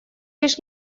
лишь